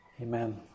Amen